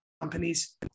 companies